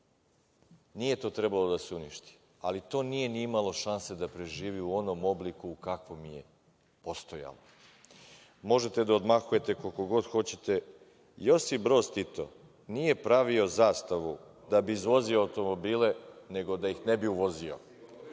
Nije to trebalo da se uništi, ali to nije ni imalo šanse da preživi u onom obliku u kakvom je postojalo. Možete da odmahujete koliko god hoćete, Josip Broz Tito nije pravio „Zastavu“ da bi izvozio automobile, nego da ih ne bi uvozio,